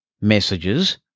Messages